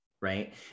right